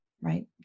right